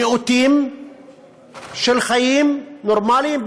נאותים של חיים נורמליים,